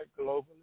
globally